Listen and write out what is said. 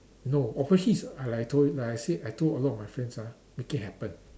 no obviously it's I like told like I said I told a lot of my friends ah make it happen